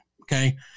okay